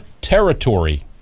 territory